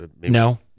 No